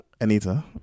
Anita